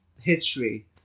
history